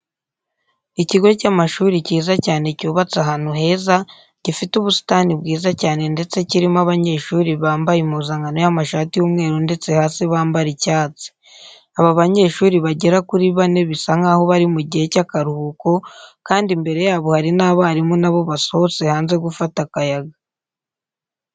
Ikigo cy'amashuri cyiza cyane cyubatse ahantu heza, gifite ubusitani bwiza cyane ndetse kirimo abanyeshuri bambaye impuzankano y'amashati y'umweru ndetse hasi bambara icyatsi. Aba banyeshuri bagera kuri bane bisa nkaho bari mu gihe cy'akaruhuko kandi imbere yabo hari n'abarimu na bo basohotse hanze gufata akayaga.